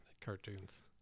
cartoons